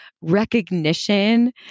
recognition